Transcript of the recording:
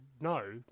no